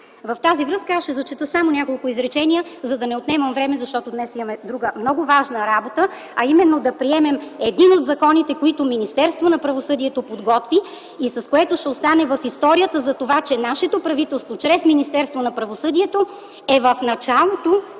В тази връзка ще прочета само няколко изречения, за да не отнемам от времето, защото днес имаме друга много важна работа – да приемем един от законите, които Министерството на правосъдието подготви и с което ще остане в историята за това, че нашето правителство чрез Министерството на правосъдието ще постави началото